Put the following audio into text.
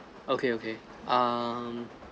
okay okay um